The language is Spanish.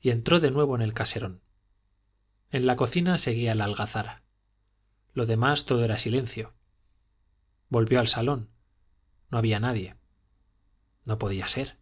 y entró de nuevo en el caserón en la cocina seguía la algazara lo demás todo era silencio volvió al salón no había nadie no podía ser